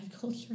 culture